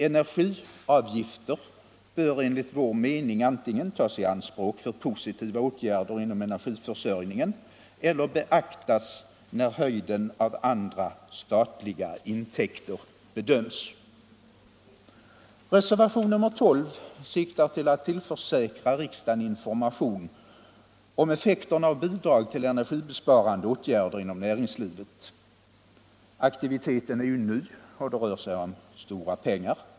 Energiavgifter bör enligt vår mening antingen tas i anspråk för positiva åtgärder inom energiförsörjningen eller beaktas när höjden av andra statliga intäkter bedöms. Reservationen 12 siktar till att tillförsäkra riksdagen information om effekterna av bidrag till energibesparande åtgärder inom näringslivet. Aktiviteten är ny och det rör sig om stora pengar.